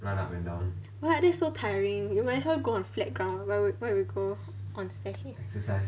what that's so tiring you might as well go on flat ground why why will go on staircase